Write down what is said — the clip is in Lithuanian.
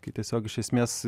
kai tiesiog iš esmės